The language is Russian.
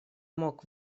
мог